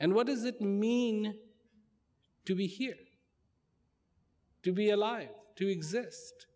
and what does it mean to be here to be alive to exist